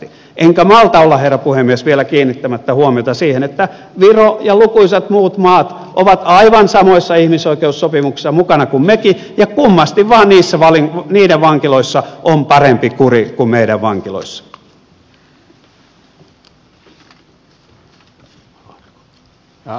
enkä malta olla herra puhemies vielä kiinnittämättä huomiota siihen että viro ja lukuisat muut maat ovat aivan samoissa ihmisoikeussopimuksissa mukana kuin mekin ja kummasti vain niiden vankiloissa on parempi kuri kuin meidän vankiloissa